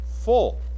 Full